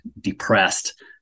depressed